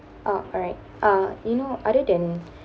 ah alright ah you know other than